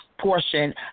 portion